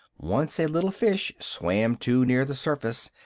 once a little fish swam too near the surface,